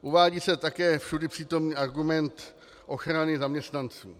Uvádí se také všudypřítomný argument ochrany zaměstnanců.